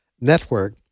Network